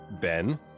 Ben